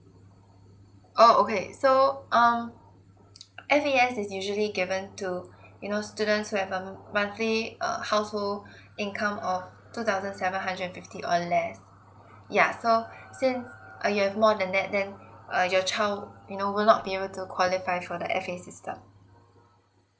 oh okay so um F_A_S is usually given to you know students who have a mo~ monthly uh household income of two thousand seven hundred fifty or less yeah so since uh you have more than that then uh your child you know will not be able to qualify for the F_A system